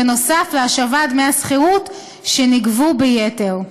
בנוסף להשבת דמי השכירות שנגבו ביתר.